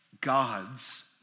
gods